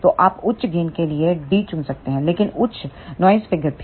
तो आप उच्च गेन के लिए डी चुन सकते हैं लेकिन उच्च नॉइज़ फ़िगर भी